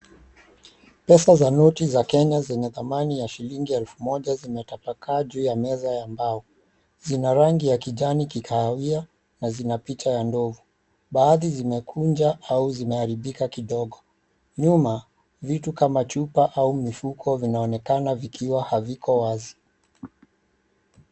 Pesa za noti za Kenya zina dhamani ya 𝑠ℎ𝑖𝑙𝑖𝑛𝑔𝑖 elfu moja zimetapakaa juu ya meza ya mbao. Zina rangi ya kijani kikahawia, na zina picha ya ndovu. Baadhi zimekunja au zimeharibika kidogo. Nyuma vitu kama chupa au mifuko vinaonekana vikiwa haviko wazi.